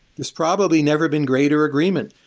there's probably never been greater agreement.